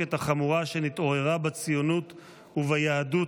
המחלוקת החמורה שנתעוררה בציונות וביהדות